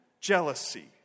jealousy